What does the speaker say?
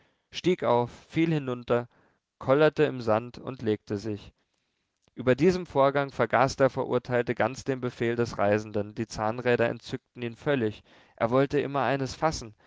stieg auf fiel hinunter kollerte im sand und legte sich über diesem vorgang vergaß der verurteilte ganz den befehl des reisenden die zahnräder entzückten ihn völlig er wollte immer eines fassen